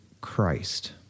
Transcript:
Christ